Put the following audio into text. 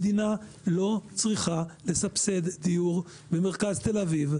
מדינה לא צריכה לסבסד דיור במרכז תל-אביב,